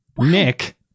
Nick